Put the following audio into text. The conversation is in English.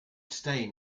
stain